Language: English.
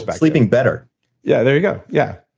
but sleeping better yeah, there you go. yeah.